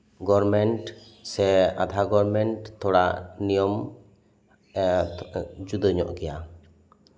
government ᱥᱮ ᱟᱫᱷᱟᱜᱚᱨᱢᱮᱱᱴ ᱛᱷᱚᱲᱟ ᱱᱤᱭᱚᱢ ᱮ ᱡᱩᱫᱟᱹ ᱧᱚᱜ ᱜᱮᱭᱟ